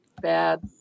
bad